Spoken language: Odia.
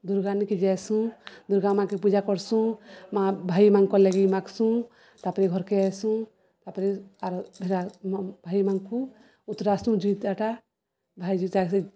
ଦୂର୍ଗାନିକେ ଯାଇଏସୁଁ ଦୂର୍ଗାମା'କେ ପୂଜା କର୍ସୁଁ ମା' ଭାଇମାନ୍ଙ୍କର୍ଲାଗି ମାଗ୍ସୁଁ ତା'ପରେ ଘର୍କେ ଆଏସୁଁ ତା'ପରେ ଆର୍ ହେରା ଭାଇମାନ୍କୁ ଉତ୍ରାସୁଁ ଜେଉଁତିଆଟା ଭାଇ ଜେଉଁତିଆ ସେ